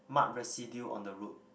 mud residue on the road